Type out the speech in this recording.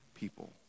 people